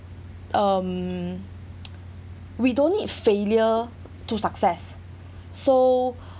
um we don't need failure to succeed so